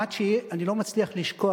כמעט שאני לא מצליח לשכוח,